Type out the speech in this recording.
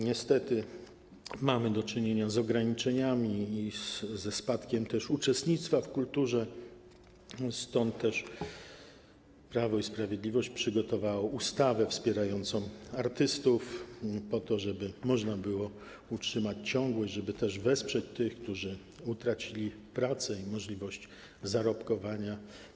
Niestety mamy do czynienia z ograniczeniami i ze spadkiem uczestnictwa w kulturze, stąd Prawo i Sprawiedliwość przygotowało ustawę wspierającą artystów, żeby można było utrzymać ciągłość, żeby wesprzeć tych, którzy utracili pracę, możliwość zarobkowania.